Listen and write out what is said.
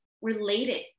related